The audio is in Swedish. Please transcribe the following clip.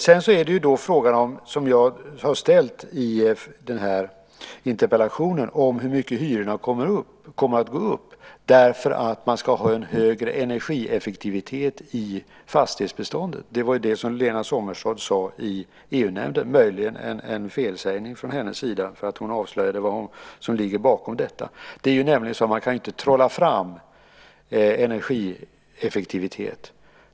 Sedan är frågan, vilken jag också har ställt i interpellationen, hur mycket hyrorna kommer att gå upp därför att man ska ha en högre energieffektivitet i fastighetsbeståndet. Det var ju detta Lena Sommestad sade i EU-nämnden - möjligen en felsägning från hennes sida där hon avslöjade vad som ligger bakom detta. Man kan ju inte trolla fram energieffektivitet.